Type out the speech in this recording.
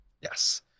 Yes